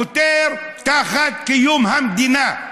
חותר תחת קיום המדינה.